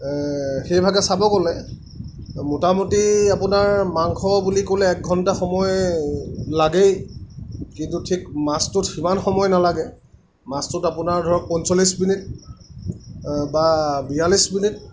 সেই ভাগে চাব গ'লে মোটামুটি আপোনাৰ মাংস বুলি ক'লে এক ঘণ্টা সময় লাগেই কিন্তু ঠিক মাছটোত সিমান সময় নালাগে মাছটোত আপোনাৰ ধৰক পঞ্চল্লিছ মিনিট বা বিয়াল্লিছ মিনিট